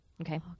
Okay